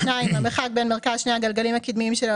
המרחק בין מרכז שני הגלגלים הקדמיים שלו